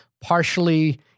partially